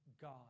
God